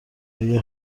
اگر